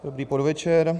Dobrý podvečer.